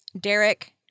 Derek